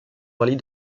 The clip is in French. rallye